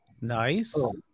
nice